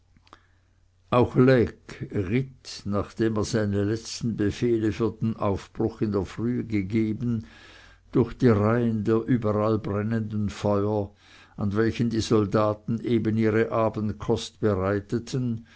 auch lecques ritt nachdem er seine letzten befehle für den aufbruch in der frühe gegeben durch die reihen der überall brennenden feuer an welchen die soldaten eben ihre abendkost bereiteten